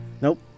Nope